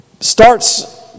starts